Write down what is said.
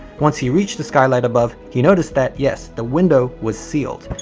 once he reached the skylight above, he noticed that, yes, the window was sealed.